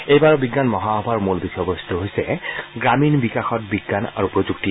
এইবাৰৰ বিজ্ঞান মহাসভাৰ মূল বিষয়বস্ত হৈছে গ্ৰামীণ বিকাশত বিজ্ঞান আৰু প্ৰযুক্তি